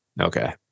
okay